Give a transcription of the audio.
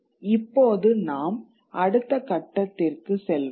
இப்போது நாம் அடுத்த கட்டத்திற்கு செல்வோம்